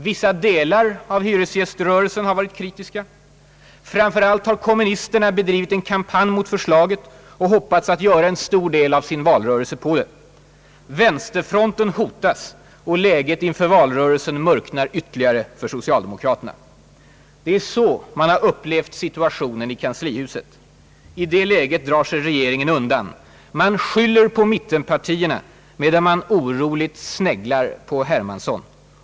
Vissa delar av hyresgäströrelsen har varit negativa. Framför allt har kommunisterna bedrivit en kampanj mot förslaget och hoppats att göra en stor del av sin valrörelse på det. Vänsterfronten hotas och läget inför valrörelsen mörknar ytterligare för socialdemokraterna. Så har man upplevt situationen i kanslihuset. I det läget drar sig regeringen undan. Man skyller på mittenpartierna, medan man oroligt sneglar på Hermansson.